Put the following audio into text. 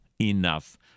enough